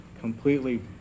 completely